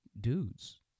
dudes